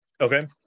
Okay